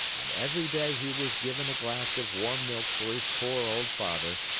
and every day he was given a glass of warm milk for his poor old father,